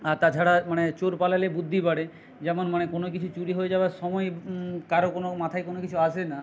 আর তাছাড়া মানে চোর পালালে বুদ্ধি বাড়ে যেমন মানে কোনো কিছু চুরি হয়ে যাবার সময় কারো কোনো মাথায় কোনো কিছু আসে না